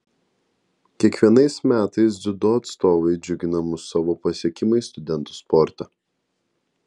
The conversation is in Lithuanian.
kiekvienais metais dziudo atstovai džiugina mus savo pasiekimais studentų sporte